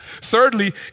Thirdly